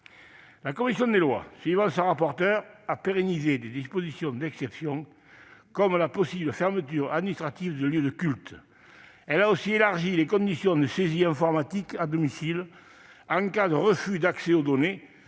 La commission des lois, suivant son rapporteur, a pérennisé des dispositions d'exception, comme la possible fermeture administrative de lieux de culte. Elle a aussi élargi les conditions de saisie informatique à domicile en cas de refus d'accès aux données,